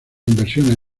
inversiones